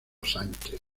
sánchez